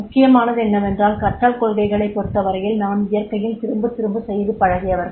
முக்கியமானது என்னவென்றால் கற்றல் கொள்கைகளைப் பொறுத்தவரையில் நாம் இயற்கையில் திரும்பத் திரும்ப செய்து பழகியவர்கள்